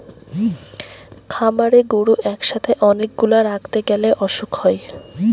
খামারে গরু একসাথে অনেক গুলা রাখতে গ্যালে অসুখ হয়